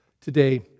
Today